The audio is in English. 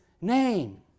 name